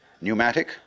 pneumatic